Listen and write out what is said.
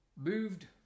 moved